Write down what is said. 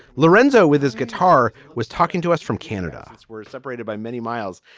lorenzo with his guitar was talking to us from canada. we're separated by many miles.